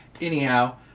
Anyhow